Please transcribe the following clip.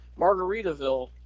Margaritaville